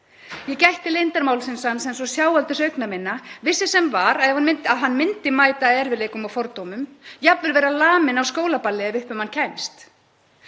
Ég gætti leyndarmálsins hans eins og sjáaldurs augna minna, vissi sem var að hann myndi mæta erfiðleikum og fordómum, jafnvel vera laminn á skólaballi ef upp um hann kæmist.